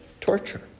torture